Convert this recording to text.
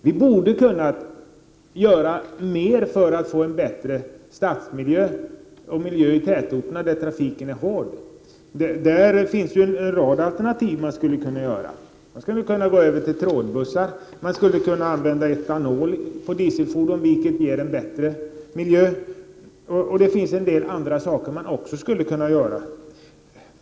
Vi borde ha kunnat göra mer för att få en bättre stadsmiljö och bättre miljö i andra tätorter där trafiken är hård. Det finns en rad alternativa åtgärder som man skulle kunna vidta. Man skulle kunna övergå till trådbussar. Man skulle kunna använda etanol i stället för dieselolja, vilket ger en bättre miljö. Det finns en del andra insatser också som man skulle kunna göra.